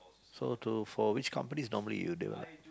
so to for which companies normally you never